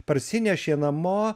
parsinešė namo